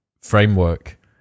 framework